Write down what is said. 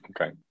okay